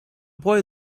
boy